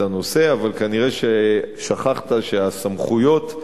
אבל כנראה שכחת שהסמכויות,